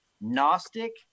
Gnostic